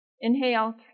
Inhale